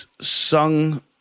sung